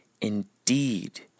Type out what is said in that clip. Indeed